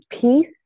peace